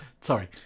Sorry